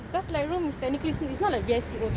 because lightroom is technically is not like VSCO